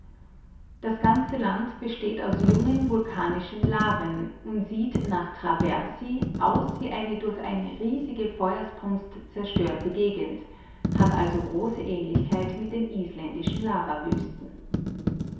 das ganze land besteht auch hier aus jungen vulkanischen laven und sieht nach traversi aus wie eine durch eine riesige feuersbrunst zerstörte gegend hat also große ähnlichkeit mit den isländischen